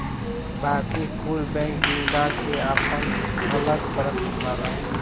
बाकी कुल बैंक मिला के आपन अलग करत बाड़न